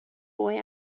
boy